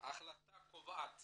ההחלטה קובעת